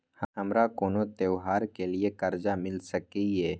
हमारा कोनो त्योहार के लिए कर्जा मिल सकीये?